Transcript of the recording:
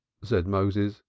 said moses.